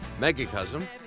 Megacosm